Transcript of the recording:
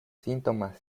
síntomas